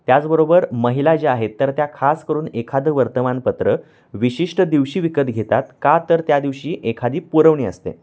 त्याचबरोबर महिला ज्या आहेत तर त्या खास करून एखादं वर्तमानपत्र विशिष्ट दिवशी विकत घेतात का तर त्या दिवशी एखादी पुरवणी असते